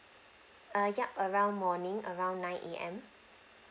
err yup around morning around nine A_M